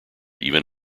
even